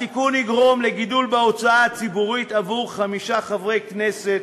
התיקון יגרום לגידול בהוצאה הציבורית עבור חמישה חברי כנסת,